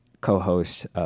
co-host